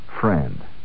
friend